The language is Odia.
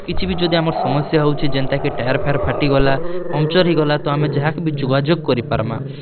କିଛି ବି ଯଦି ଆମର୍ ସମସ୍ୟା ହେଉଛେ ଯେନ୍ତା କି ଟାୟାର୍ ଫାୟର୍ ଫାଟିଗଲା ପନ୍କ୍ଚର୍ ହେଇଗଲା ତ ଆମେ ଯାହାକେ ବି ଯୋଗାଯୋଗ୍ କରିପାର୍ମା